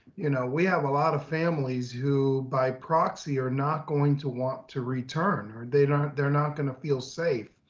you know, we have a lot of families who by proxy are not going to want to return or they don't, they're not gonna feel safe.